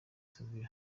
savio